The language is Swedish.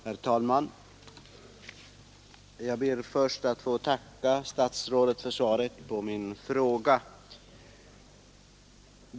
Herr talman! Jag ber först att få tacka statsrådet för svaret på min fråga.